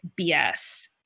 BS